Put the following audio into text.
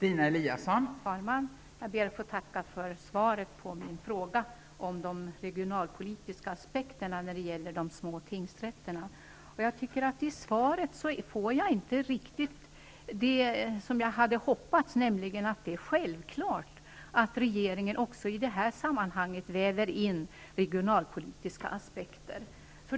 Fru talman! Jag ber att få tacka för svaret på min fråga om de regionalpolitiska aspekterna när det gäller de små tingsrätterna. I svaret får jag inte riktigt det besked som jag hade hoppats, nämligen att det är självklart att regeringen också i det här sammanhanget väver in regionalpolitiska aspekter.